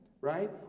right